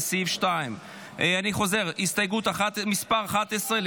לסעיף 2. אני חוזר: הסתייגות מס' 11,